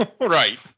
Right